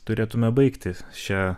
turėtume baigti šią